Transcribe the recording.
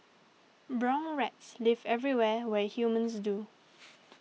brown rats live everywhere where humans do